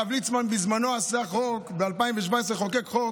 הרב ליצמן בזמנו, ב-2017, חוקק חוק